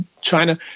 China